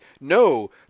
no